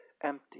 empty